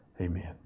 Amen